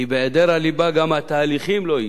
כי בהיעדר הליבה גם התהליכים לא יהיו.